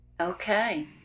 Okay